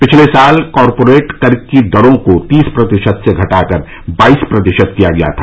पिछले साल कॉरपोरेट कर की दरों को तीस प्रतिशत से घटाकर बाईस प्रतिशत किया गया था